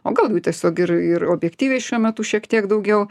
o gal jų tiesiog ir ir objektyviai šiuo metu šiek tiek daugiau